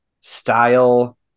style